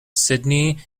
sidney